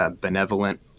benevolent